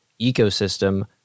ecosystem